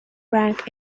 rank